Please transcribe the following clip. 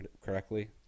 correctly